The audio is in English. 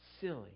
silly